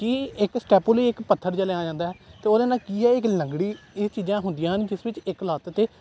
ਕਿ ਇੱਕ ਸਟੈਪੂ ਲਈ ਇੱਕ ਪੱਥਰ ਜਿਹਾ ਲਿਆ ਜਾਂਦਾ ਹੈ ਅਤੇ ਉਹਦੇ ਨਾਲ ਕੀ ਆ ਇੱਕ ਲੰਗੜੀ ਇਹ ਚੀਜ਼ਾਂ ਹੁੰਦੀਆਂ ਹਨ ਜਿਸ ਵਿੱਚ ਇੱਕ ਲੱਤ 'ਤੇ